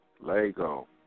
Lego